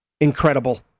Incredible